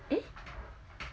eh